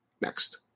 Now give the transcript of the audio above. Next